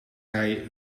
hij